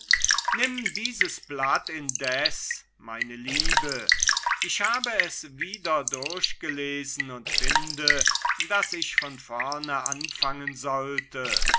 nimm dieses blatt indes meine liebe ich habe es wieder durchgelesen und finde daß ich von vorne anfangen sollte